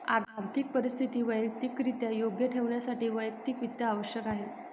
आर्थिक परिस्थिती वैयक्तिकरित्या योग्य ठेवण्यासाठी वैयक्तिक वित्त आवश्यक आहे